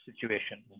situation